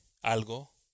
algo